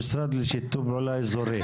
המשרד להגנת הסביבה,